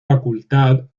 facultad